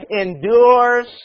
endures